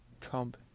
Trump